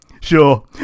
Sure